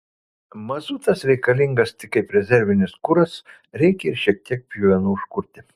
mazutas reikalingas tik kaip rezervinis kuras reikia ir šiek tiek pjuvenų užkurti